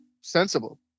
sensible